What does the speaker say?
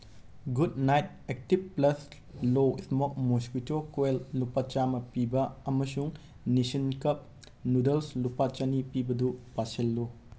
good Knight active plus low smoke mosquito coil ꯂꯨꯄꯥ ꯆꯥꯝꯃ ꯄꯤꯕ ꯑꯃꯁꯨꯡ ꯅꯤꯁꯤꯟ ꯀꯞ ꯅꯨꯗꯜꯁ ꯂꯨꯄꯥ ꯆꯅꯤ ꯄꯤꯕꯗꯨ ꯄꯥꯁꯤꯜꯂꯨ